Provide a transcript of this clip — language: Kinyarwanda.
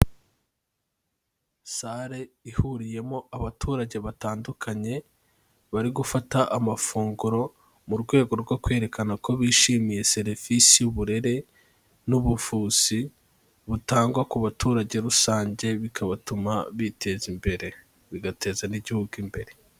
Salle ihuriyemo abaturage batandukanye, bari gufata amafunguro mu rwego rwo kwerekana ko bishimiye serivisi y'uburere n'ubuvuzi butangwa ku baturage rusange, bikabatuma biteza imbere. Bigateza n'igihugu imbere.